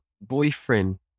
boyfriend